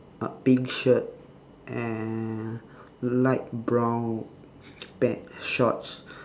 uh pink shirt and light brown pants shorts